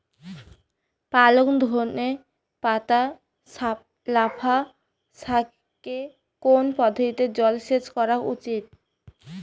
পালং ধনে পাতা লাফা শাকে কোন পদ্ধতিতে জল সেচ করা উচিৎ?